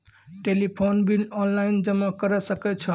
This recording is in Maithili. टेलीफोन बिल ऑनलाइन जमा करै सकै छौ?